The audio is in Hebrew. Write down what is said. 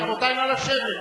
רבותי, נא לשבת.